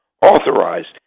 authorized